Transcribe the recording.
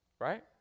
Right